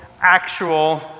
actual